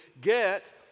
get